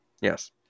Yes